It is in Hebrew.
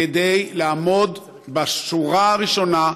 כדי לעמוד בשורה הראשונה,